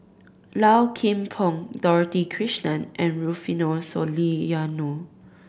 Low Kim Pong Dorothy Krishnan and Rufino Soliano